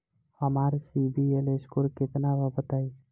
हमार CIBIL score केतना बा बताईं?